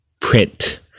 Print